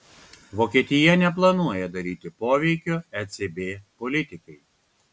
vokietija neplanuoja daryti poveikio ecb politikai